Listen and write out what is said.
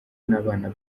n’abana